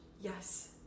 yes